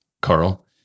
Carl